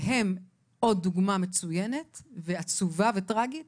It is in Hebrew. שהם עוד דוגמה מצוינת ועצובה וטרגית